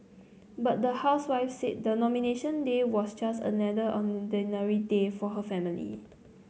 but the housewife said the Nomination Day was just another day for her family